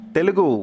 Telugu